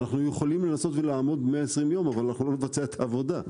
אנחנו יכולים לנסות ולהעמיד ב-120 יום אבל אנחנו לא נבצע את העבודה.